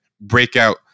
breakout